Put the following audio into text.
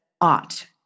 ought